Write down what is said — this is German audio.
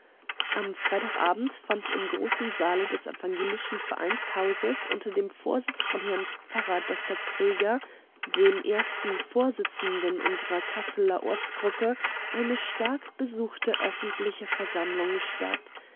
am freitag abend fand im großen saale des evangelischen vereinshauses unter dem vorsitz von herrn pfarrer dr preger dem ersten vorsitzenden unserer kasseler ortsgruppe eine stark besuchte öffentliche versammlung statt